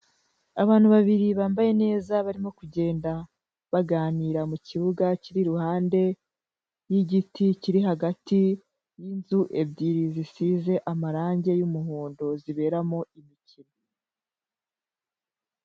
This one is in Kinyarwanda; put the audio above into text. Abantu babiri bambaye neza, barimo kugenda baganira mu kibuga, kiri iruhande y'igiti, kiri hagati y'inzu ebyiri zisize amarange y'umuhondo, ziberamo imikino.